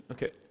Okay